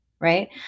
Right